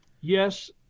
Yes